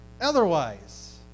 otherwise